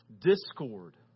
Discord